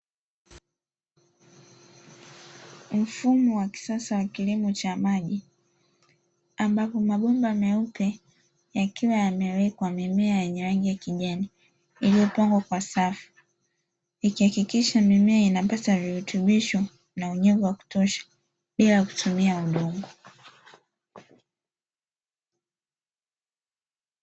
Mfumo wa kisasa wa kilimo cha maji, ambapo mabomba meupe yakiwa yamewekwa mimea yenye rangi ya kijani, iliyopangwa kwa safu, ikihakikisha mimea inapata virutubisho na unyevu wa kutosha bila ya kutumia udongo.